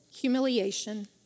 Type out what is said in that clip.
humiliation